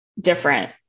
different